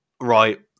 right